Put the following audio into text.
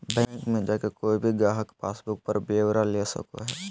bank मे जाके कोय भी गाहक पासबुक पर ब्यौरा ले सको हय